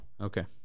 Okay